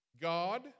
God